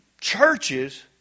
churches